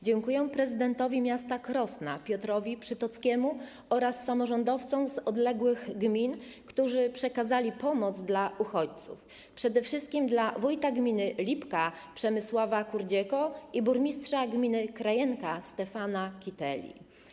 Dziękuję prezydentowi miasta Krosna Piotrowi Przytockiemu oraz samorządowcom z odległych gmin, którzy przekazali pomoc dla uchodźców, przede wszystkim wójtowi gminy Lipka Przemysławowi Kurdziece i burmistrzowi gminy Krajenka Stefanowi Kiteli.